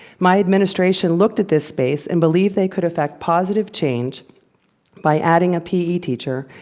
my administration looked at this space, and believed they could effect positive change by adding a pe teacher,